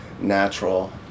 natural